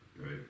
right